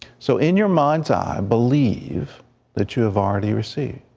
so in your minds eye, believe that you have already received.